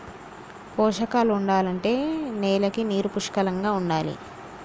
పోషకాలు ఉండాలంటే నేలకి నీరు పుష్కలంగా ఉండాలి